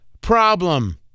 problem